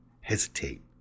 hesitate